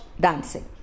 dancing